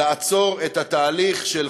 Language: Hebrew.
לעצור את התהליך של